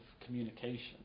communication